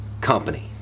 company